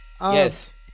yes